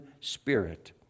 spirit